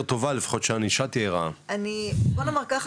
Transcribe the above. אומר ככה,